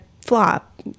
flop